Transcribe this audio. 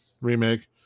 remake